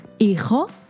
hijo